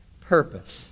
purpose